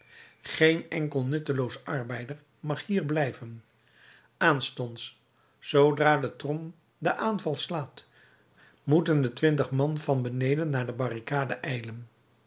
geen enkel nutteloos arbeider mag hier blijven aanstonds zoodra de trom den aanval slaat moeten de twintig man van beneden naar de barricade